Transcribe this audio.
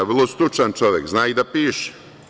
Vrlo stručan čovek, zna i da piše.